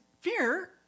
fear